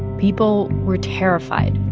people were terrified.